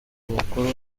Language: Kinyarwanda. mukuru